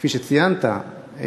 כפי שציינת,